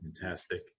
Fantastic